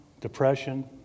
depression